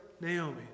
Naomi